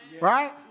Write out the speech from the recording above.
right